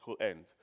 end